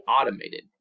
automated